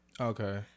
Okay